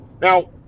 Now